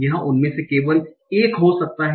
यह उनमें से केवल एक हो सकता है